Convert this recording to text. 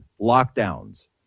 lockdowns